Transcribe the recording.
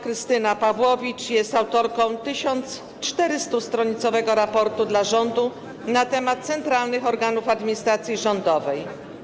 Krystyna Pawłowicz jest autorką 1400-stronicowego „Raportu dla rządu na temat centralnych organów administracji rządowej”